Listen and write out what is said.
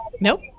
Nope